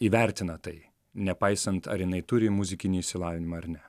įvertina tai nepaisant ar jinai turi muzikinį išsilavinimą ar ne